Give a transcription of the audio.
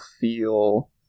feel